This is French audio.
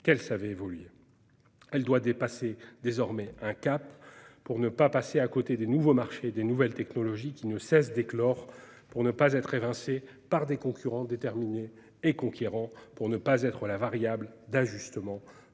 qu'elle savait évoluer. Elle doit désormais dépasser un cap, pour ne pas passer à côté des nouveaux marchés des nouvelles technologies qui ne cessent d'éclore, pour ne pas être évincée par des concurrents déterminés et conquérants, pour ne pas être la variable d'ajustement